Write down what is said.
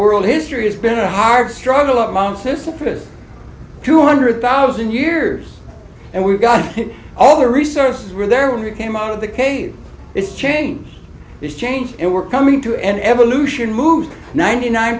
world history has been a hard struggle of my own system for two hundred thousand years and we've got all the resources were there when we came out of the cave it's change it's change and we're coming to an evolution moves ninety nine